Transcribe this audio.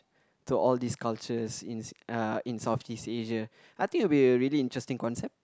to all these culture in uh in Southeast Asia I think it would be a really interesting concept